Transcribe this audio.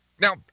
Now